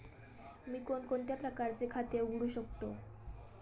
मी कोणकोणत्या प्रकारचे खाते उघडू शकतो?